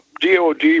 DOD